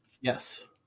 Yes